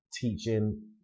teaching